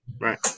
right